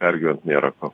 pergyvent nėra ko